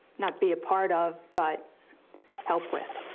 not be a part of but help with.